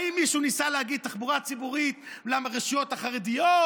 האם מישהו ניסה להגיד שתחבורה ציבורית היא לרשויות החרדיות,